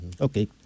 Okay